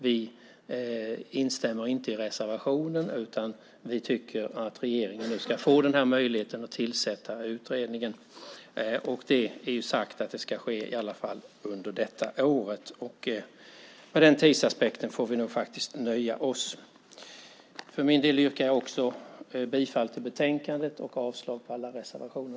Vi instämmer inte i reservationen, utan vi tycker att regeringen nu ska få den här möjligheten att tillsätta utredningen. Det är sagt att det ska ske i alla fall under detta år. Med den tidsaspekten får vi nog nöja oss. Jag yrkar bifall till förslaget i betänkandet och avslag på alla reservationer.